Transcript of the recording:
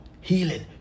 healing